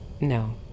No